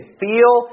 feel